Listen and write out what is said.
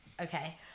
okay